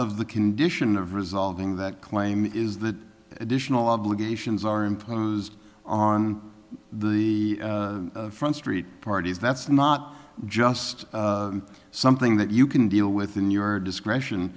of the condition of resolving that claim is that additional obligations are employed on the front street parties that's not just something that you can deal with in your discretion